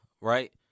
right